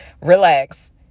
Relax